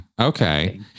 Okay